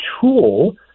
tool